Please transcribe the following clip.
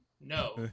No